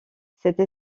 cette